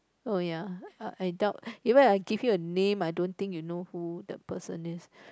oh ya I doubt even I give you a name I don't think you know who the person is